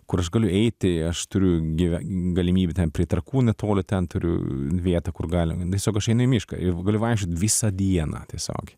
kur aš galiu eiti aš turiu gyve galimybę ten prie trakų netoli ten turiu vietą kur galima tiesiog aš einu į mišką ir galiu vaikščiot visą dieną tiesiog